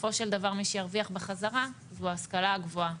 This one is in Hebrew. בסופו של דבר מי שירוויח בחזרה זו ההשכלה הגבוהה.